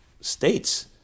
states